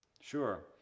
Sure